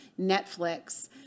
Netflix